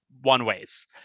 one-ways